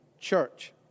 church